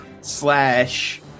slash